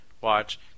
watch